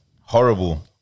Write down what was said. Horrible